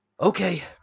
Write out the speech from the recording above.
okay